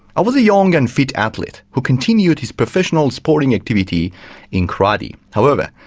i was a young and fit athlete, who continued his professional sporting activity in karate however,